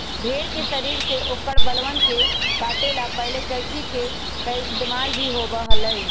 भेड़ के शरीर से औकर बलवन के काटे ला पहले कैंची के पइस्तेमाल ही होबा हलय